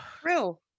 True